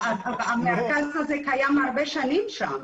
המרכז הזה קיים הרבה שנים שם.